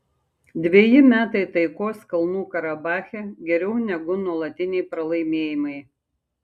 dveji metai taikos kalnų karabache geriau negu nuolatiniai pralaimėjimai